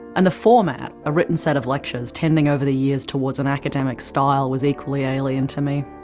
and the format, a written set of lectures, tending over the years toward an academic style, was equally alien to me.